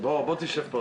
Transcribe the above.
ובהמשך משמאל,